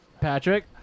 Patrick